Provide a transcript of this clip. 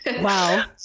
Wow